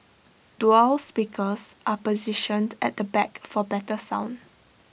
dual speakers are positioned at the back for better sound